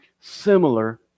similar